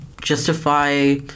justify